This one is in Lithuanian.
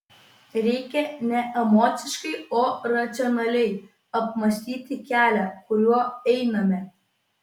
reikia ne emociškai o racionaliai apmąstyti kelią kuriuo einame